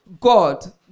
God